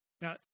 Now